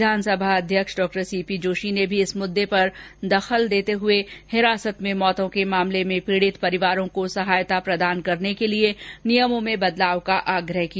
विधानसभा अध्यक्ष डॉ सीपी जोषी ने भी इस मुद्दे पर दखल देते हुए हिरासत में मौतों के मामले में पीड़ित परिवारों को सहायता प्रदान करने के लिए नियमों में बदलाव का आग्रह किया